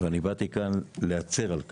באתי לכאן להצר על כך,